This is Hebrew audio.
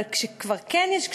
אבל כשכבר כן יש גשמים,